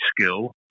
skill